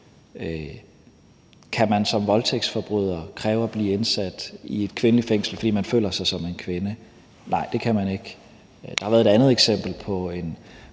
om man som voldtægtsforbryder kan kræve at blive indsat i et kvindefængsel, fordi man føler sig som en kvinde. Nej, det kan man ikke. Der har været et andet eksempel på en